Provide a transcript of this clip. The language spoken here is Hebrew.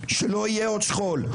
שלא יהיה עוד שכול,